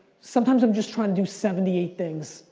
sometimes i'm just trying to do seventy eight things,